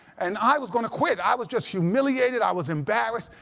and i was going to quit. i was just humiliated. i was embarrassed.